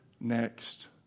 next